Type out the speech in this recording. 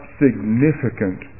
significant